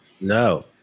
No